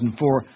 2004